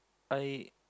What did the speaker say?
I